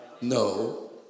No